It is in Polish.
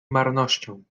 marnością